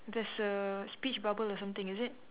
there's a speech bubble or something is it